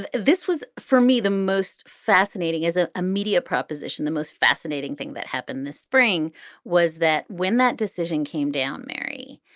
this was, for me, the most fascinating as an immediate proposition. the most fascinating thing that happened this spring was that when that decision came down, mary,